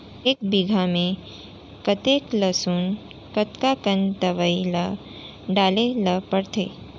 एक बीघा में कतेक लहसुन कतका कन दवई ल डाले ल पड़थे?